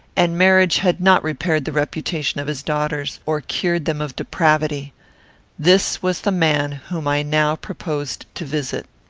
and marriage had not repaired the reputation of his daughters, or cured them of depravity this was the man whom i now proposed to visit.